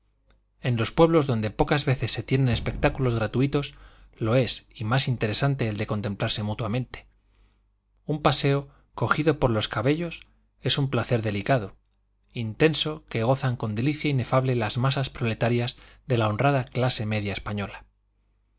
en los pueblos donde pocas veces se tienen espectáculos gratuitos lo es y más interesante el de contemplarse mutuamente un paseo cogido por los cabellos es un placer delicado intenso que gozan con delicia inefable las masas proletarias de la honrada clase media española